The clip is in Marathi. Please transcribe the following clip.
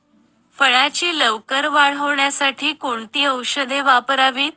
फळाची लवकर वाढ होण्यासाठी कोणती औषधे वापरावीत?